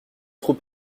trop